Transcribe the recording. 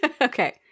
Okay